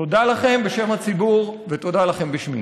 תודה לכם בשם הציבור ותודה לכם בשמי.